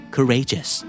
Courageous